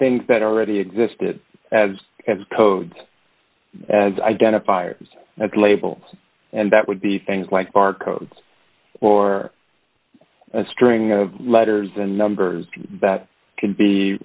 things that already existed as codes and identifiers and label and that would be things like bar codes or a string of letters and numbers that can be